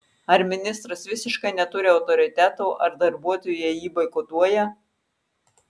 ar ministras visiškai neturi autoriteto ar darbuotojai jį boikotuoja